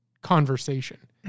conversation